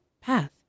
path